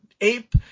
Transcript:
Ape